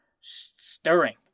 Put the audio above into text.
stirring